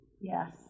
Yes